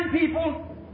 people